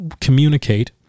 communicate